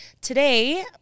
Today